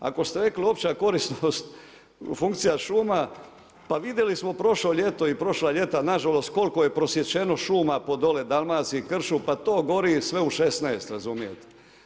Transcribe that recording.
Ako ste rekli opća korisnost funkcija šuma, pa vidjeli smo prošlo ljeto i prošla ljeta nažalost, koliko je prosječeno šuma, po dole Dalmaciji, kršu, pa to gori sve u 16, razumijete.